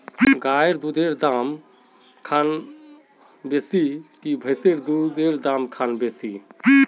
गायेर दुधेर दाम कुंडा बासी ने भैंसेर दुधेर र दाम खान बासी?